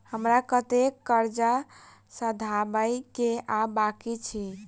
हमरा कतेक कर्जा सधाबई केँ आ बाकी अछि?